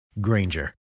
Granger